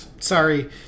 Sorry